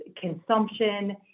consumption